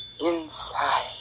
inside